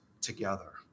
together